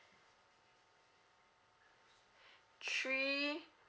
three